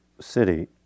city